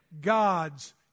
God's